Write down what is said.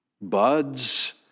buds